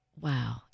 Wow